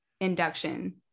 induction